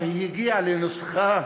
אבל היא הגיעה לנוסחה